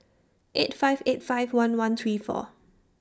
eight five eight five one one three four